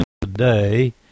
today